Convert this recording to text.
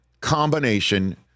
combination